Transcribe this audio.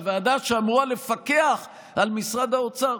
בוועדה שאמורה לפקח על משרד האוצר,